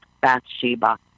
Bathsheba